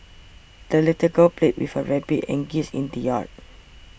the little girl played with her rabbit and geese in the yard